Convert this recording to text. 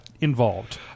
involved